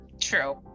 True